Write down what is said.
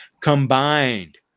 combined